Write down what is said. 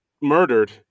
murdered